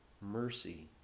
mercy